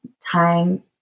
time